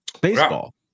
baseball